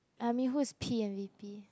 I mean who's P and V_P